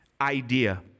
idea